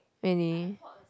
really